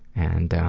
and